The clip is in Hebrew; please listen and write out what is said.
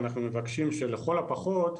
אנחנו מבקשים שלכל הפחות,